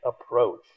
approach